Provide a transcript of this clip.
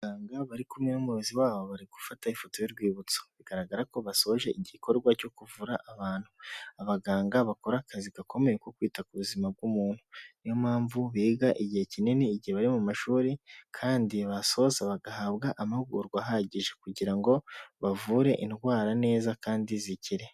Abaganga bari kumwe n'abayobozi wabo bari gufata ifoto y'urwibutso, biragaragara ko basoje igikorwa cyo kuvura abantu. Abaganga bakora akazi gakomeye ko kwita ku buzima bw'umuntu, ni yo mpamvu biga igihe kinini igihe bari mu mashuri, kandi basoza bagahabwa amahugurwa ahagije, kugira ngo bavure indwara neza kandi zikire.